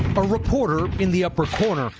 but reporter, in the upper corner,